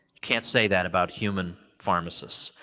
can't say that about human pharmacists,